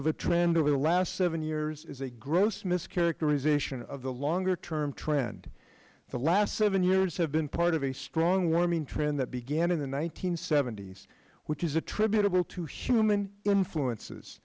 of a trend over the last seven years is a gross mischaracterization of the longer term trend the last seven years have been part of a strong warming trend that began in the s which is attributable to human influences